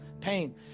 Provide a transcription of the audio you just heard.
pain